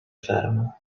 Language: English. fatima